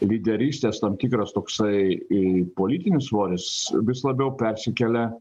lyderystės tam tikras toksai politinis svoris vis labiau persikelia